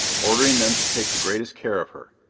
ordering them to take the greatest care of her.